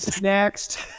Next